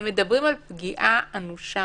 הם מדברים על פגיעה אנושה